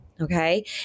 Okay